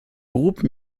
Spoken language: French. groupe